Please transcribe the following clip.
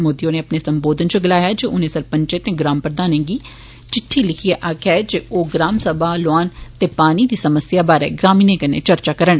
मोदी होरें अपने संबोधन इच गलाया जे उनें सरपंचें ते ग्राम प्रधानें गी चिट्ठी लिखिए आक्खेआ ऐ जे ओ ग्राम समा लौआन ते पानी दी समस्या बारै ग्रामीणें कन्नै चर्चा करन